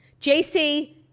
JC